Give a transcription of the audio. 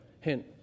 Hint